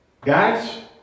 Guys